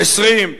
20,